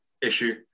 issue